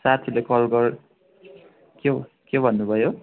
साथीले कल गर के हो के भन्नु भयो